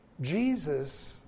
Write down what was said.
Jesus